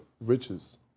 riches